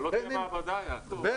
אבל לא תהיה מעבדה, יעקב.